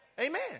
Amen